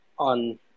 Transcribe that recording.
on